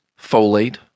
folate